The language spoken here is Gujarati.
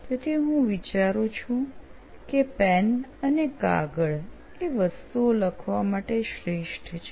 તેથી હું વિચારું છું કે પેન અને કાગળ એ વસ્તુઓ લખવા માટે શ્રેષ્ઠ છે